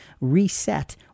reset